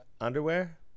underwear